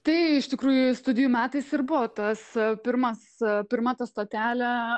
tai iš tikrųjų studijų metais ir buvo tas pirmas pirma ta stotelė